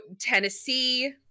tennessee